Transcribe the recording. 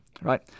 right